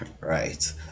right